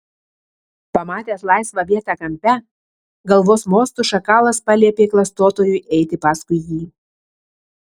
pamatęs laisvą vietą kampe galvos mostu šakalas paliepė klastotojui eiti paskui jį